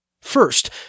First